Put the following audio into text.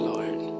Lord